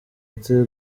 ati